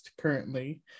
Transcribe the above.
currently